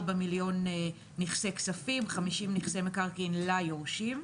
מיליון נכסי כספים, 50 נכסי מקרקעין ליורשים.